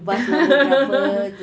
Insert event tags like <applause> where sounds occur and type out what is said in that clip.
<laughs>